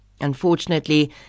Unfortunately